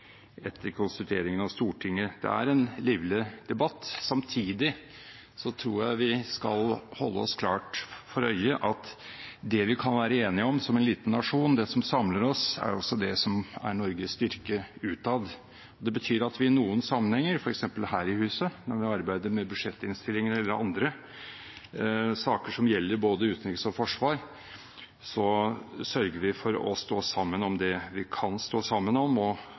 etter konstitueringen av Stortinget. Det er en livlig debatt. Samtidig tror jeg vi skal ha klart for oss at det vi som en liten nasjon kan være enige om, det som samler oss, også er det som er Norges styrke utad. Det betyr at vi i noen sammenhenger, f.eks. når vi her i huset arbeider med budsjettinnstillinger eller andre saker som gjelder både utenrikspolitikk og forsvar, sørger for å stå sammen om det vi kan stå sammen om, og